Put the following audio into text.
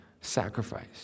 sacrifice